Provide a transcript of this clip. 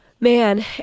Man